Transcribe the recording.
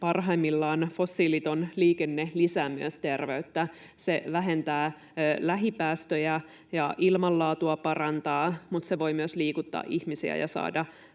parhaimmillaan fossiiliton liikenne lisää myös terveyttä. Se vähentää lähipäästöjä ja parantaa ilmanlaatua, mutta se voi myös liikuttaa ihmisiä ja saada